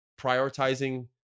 prioritizing